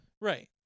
right